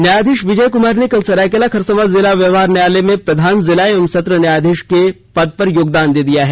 न्यायाधीश विजय कुमार ने कल सरायकेला खरसावां जिला व्यवहार न्यायालय में प्रधान जिला एवं सत्र न्यायाधीश के पद पर योगदान दिया है